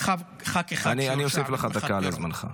אני אוסיף לך דקה לזמנך.